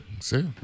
See